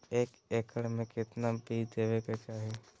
एक एकड़ मे केतना बीज देवे के चाहि?